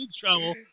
trouble